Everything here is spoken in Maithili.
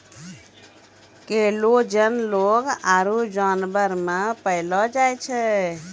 कोलेजन लोग आरु जानवर मे पैलो जाय छै